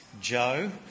Joe